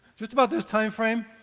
just about this time frame,